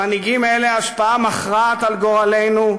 למנהיגים אלה השפעה מכרעת על גורלנו,